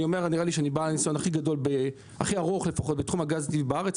אני חושב שאני בעל הניסיון הכי ארוך בתחום הגז הטבעי בארץ,